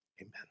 Amen